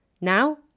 Now